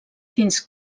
fins